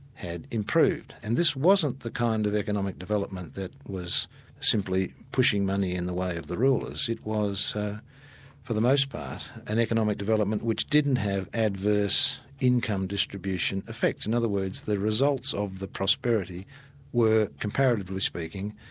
had improved. and this wasn't the kind of economic development that was simply pushing money in the way of the rulers, it was for the most part an economic development which didn't have adverse income distribution effects. in other words, the results of the prosperity were, comparatively speaking,